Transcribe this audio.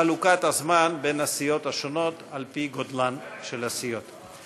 חלוקת הזמן בין הסיעות השונות היא על פי גודלן של הסיעות השונות.